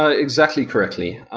ah exactly correctly.